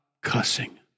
cussing